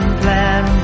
plan